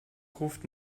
gruft